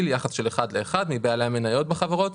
ביחס של אחד לאחד מבעלי המניות בחברות.